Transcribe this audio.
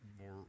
more